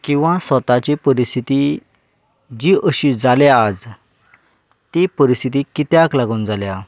किंवा स्वताची परिस्थिती जी अशी जाल्या आज ती परिस्थिती कित्याक लागून जाल्या